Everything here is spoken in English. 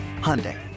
Hyundai